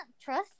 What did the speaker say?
trust